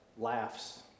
laughs